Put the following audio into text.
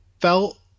felt